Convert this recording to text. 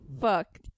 fuck